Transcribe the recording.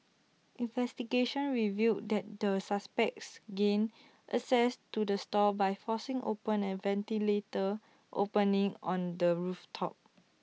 investigations revealed that the suspects gained access to the stall by forcing open A ventilator opening on the roof top